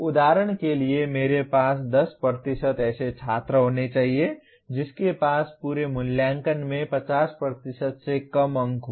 उदाहरण के लिए मेरे पास 10 ऐसे छात्र होने चाहिए जिनके पास पूरे मूल्यांकन में 50 से कम अंक हों